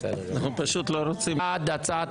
אנחנו עוברים להצבעה.